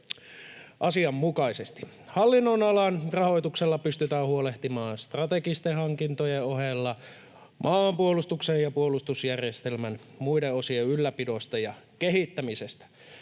asianmukaisesti. Hallinnonalan rahoituksella pystytään huolehtimaan strategisten hankintojen ohella maanpuolustuksen ja puolustusjärjestelmän muiden osien ylläpidosta ja kehittämisestä.